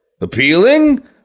appealing